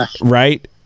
right